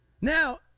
Now